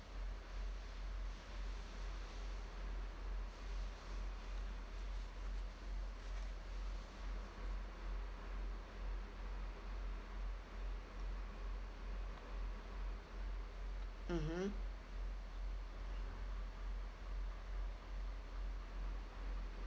mmhmm